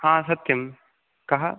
हा सत्यं कः